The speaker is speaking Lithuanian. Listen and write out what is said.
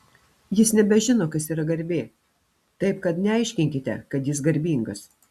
jis nebežino kas yra garbė taip kad neaiškinkite kad jis garbingas